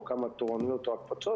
או כמה תורנויות או הקפצות